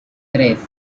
tres